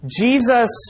Jesus